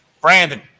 Brandon